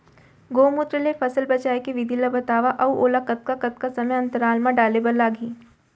गौमूत्र ले फसल बचाए के विधि ला बतावव अऊ ओला कतका कतका समय अंतराल मा डाले बर लागही?